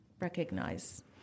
recognize